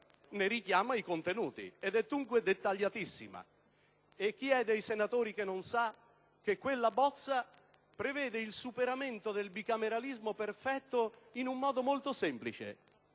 ne richiama i contenuti. È dunque dettagliatissimo. Chi dei senatori non sa che quella bozza prevede il superamento del bicameralismo perfetto in un modo molto semplice?